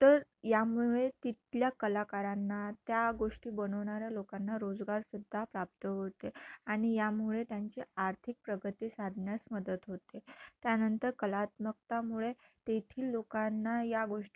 तर यामुळे तिथल्या कलाकारांना त्या गोष्टी बनवणाऱ्या लोकांना रोजगारसुद्धा प्राप्त होते आणि यामुळे त्यांची आर्थिक प्रगती साधण्यास मदत होते त्यानंतर कलात्मकतेमुळे तेथील लोकांना या गोष्टी